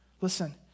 Listen